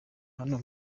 hano